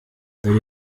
dore